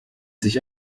sich